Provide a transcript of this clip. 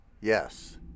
Yes